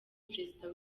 perezida